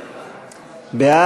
2016, בדבר תוספת תקציב לא נתקבלו.